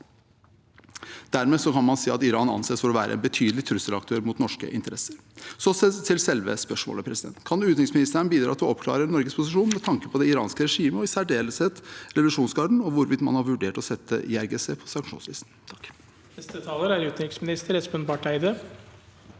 Dermed kan man si at Iran anses for å være en betydelig trusselaktør mot norske interesser. Så til selve spørsmålet: Kan utenriksministeren bidra til å oppklare Norges posisjon med tanke på det iranske regimet og i særdeleshet revolusjonsgarden, og hvorvidt man har vurdert å sette IRGC på sanksjonslisten?